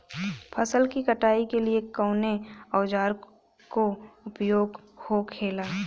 फसल की कटाई के लिए कवने औजार को उपयोग हो खेला?